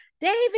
David